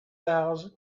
thousand